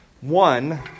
one